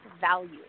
value